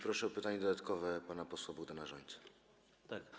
Proszę o pytanie dodatkowe pana posła Bogdana Rzońcę.